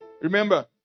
Remember